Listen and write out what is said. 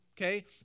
okay